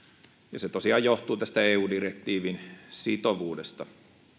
ja se tosiaan johtuu tästä eu direktiivin sitovuudesta